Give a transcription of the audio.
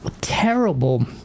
terrible